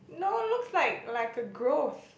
no looks like like a growth